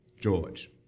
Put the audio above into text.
George